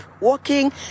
walking